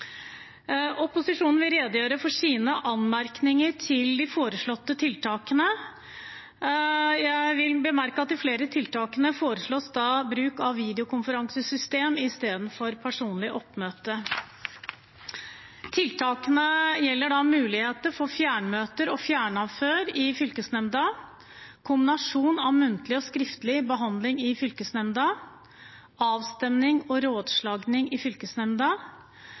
Opposisjonen vil redegjøre for sine anmerkninger til de foreslåtte tiltakene. Jeg vil bemerke at i flere av tiltakene foreslås bruk av videokonferansesystem istedenfor personlig oppmøte. Tiltakene gjelder muligheter for fjernmøter og fjernavhør i fylkesnemnda, en kombinasjon av muntlig og skriftlig behandling i fylkesnemnda, avstemning og rådslagning i fylkesnemnda,